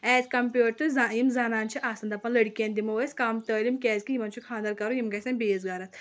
as compared to ز یِم زَنانہٕ چھِ آسان دَپان لٔڑکین دِمو أسۍ کَم تعلیٖم کیازِ کہِ یِمن چھُ خانٛدر کَرُن یِم گژھن بیٚیس گرَس